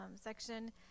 section